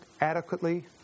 adequately